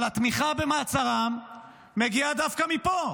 אבל התמיכה במעצרם מגיעה דווקא מפה.